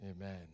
Amen